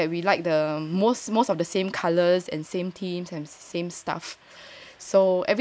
we like the most most of the same colours and same themes and same stuff